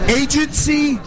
agency